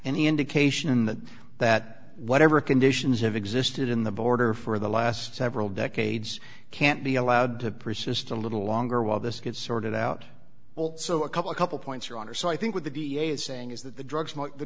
any indication that whatever conditions have existed in the border for the last several decades can't be allowed to persist a little longer while this gets sorted out so a couple a couple points your honor so i think with the da is saying is that the drugs the